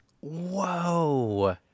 Whoa